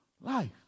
life